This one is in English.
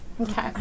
Okay